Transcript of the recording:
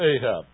Ahab